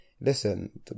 listen